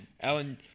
Alan